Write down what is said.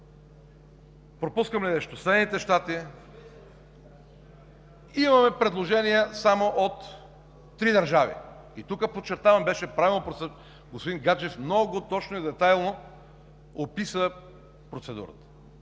пропускам ли нещо, Съединените щати, имаме предложения само от три държави. И тук подчертавам, беше правилно, господин Гаджев много точно и детайлно описа процедурата,